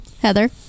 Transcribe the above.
Heather